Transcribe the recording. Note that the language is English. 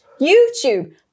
youtube